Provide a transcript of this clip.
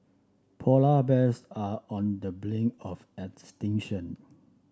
polar bears are on the blink of extinction